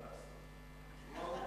לשר.